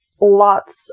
lots